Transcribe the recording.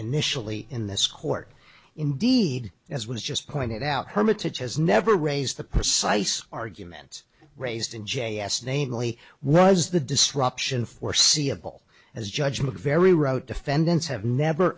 initially in this court indeed as was just pointed out hermitage has never raised the precise arguments raised in j s namely was the disruption foreseeable as judgment very wrote defendants have never